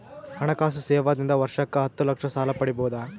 ಹಣಕಾಸು ಸೇವಾ ದಿಂದ ವರ್ಷಕ್ಕ ಹತ್ತ ಲಕ್ಷ ಸಾಲ ಪಡಿಬೋದ?